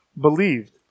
believed